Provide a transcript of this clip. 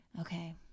okay